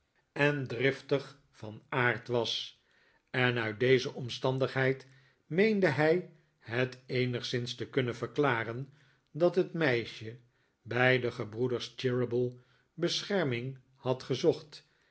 en driftig van aard was en uit deze omstandigheid meende hij het eenigszins te kunnen verklaren dat het meisje bij de gebroeders cheeryble bescherming had gezocht